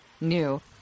new